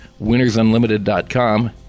winnersunlimited.com